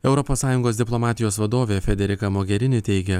europos sąjungos diplomatijos vadovė federika mogerini teigia